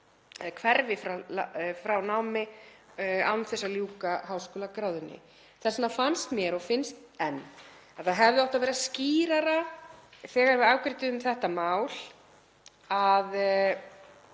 hverfi frá námi án þess að ljúka háskólagráðunni. Þess vegna fannst mér og finnst enn að það hefði átt að vera skýrara þegar við afgreiddum þetta mál að